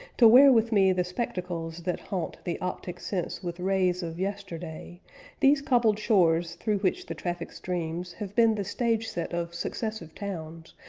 to wear with me the spectacles that haunt the optic sense with wraiths of yesterday these cobbled shores through which the traffic streams have been the stage-set of successive towns,